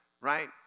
right